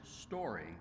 story